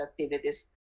activities